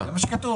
לעשות.